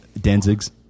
Danzig's